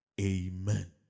Amen